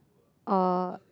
oh